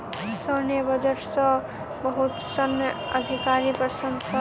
सैन्य बजट सॅ बहुत सैन्य अधिकारी प्रसन्न छल